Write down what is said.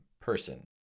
person